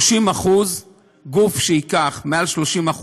גוף שייקח מעל 30%,